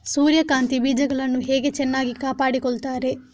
ಸೂರ್ಯಕಾಂತಿ ಬೀಜಗಳನ್ನು ಹೇಗೆ ಚೆನ್ನಾಗಿ ಕಾಪಾಡಿಕೊಳ್ತಾರೆ?